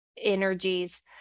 energies